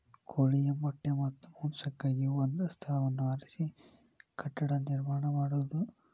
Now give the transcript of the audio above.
ಕೋಳಿಯ ಮೊಟ್ಟೆ ಮತ್ತ ಮಾಂಸಕ್ಕಾಗಿ ಒಂದ ಸ್ಥಳವನ್ನ ಆರಿಸಿ ಕಟ್ಟಡಾ ನಿರ್ಮಾಣಾ ಮಾಡುದು